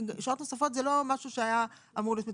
שעות נוספות זה לא משהו שהיה אמור להיות מתוכנן.